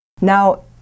Now